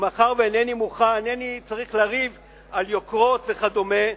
ומאחר שאינני צריך לריב על יוקרות וכדומה,